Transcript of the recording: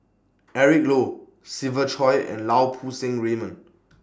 Eric Low Siva Choy and Lau Poo Seng Raymond